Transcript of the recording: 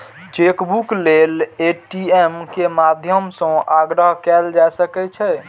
chequebook लेल ATM के माध्यम सं आग्रह कैल जा सकै छै